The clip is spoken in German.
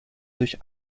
durch